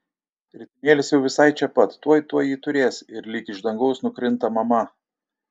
ritinėlis jau visai čia pat tuoj tuoj jį turės ir lyg iš dangaus nukrinta mama